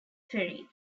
ferry